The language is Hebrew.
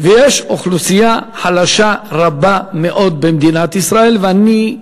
ויש אוכלוסייה חלשה רבה מאוד במדינת ישראל, ואני,